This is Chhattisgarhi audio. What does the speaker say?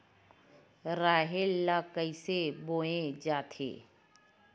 राहेर ल कइसे बोय जाथे?